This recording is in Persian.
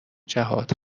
جهات